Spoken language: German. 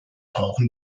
brauchen